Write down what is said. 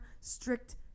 strict